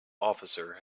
officer